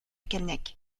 callennec